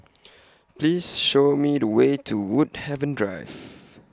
Please Show Me The Way to Woodhaven Drive